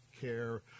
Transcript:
care